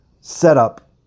setup